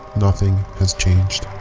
nothing has changed.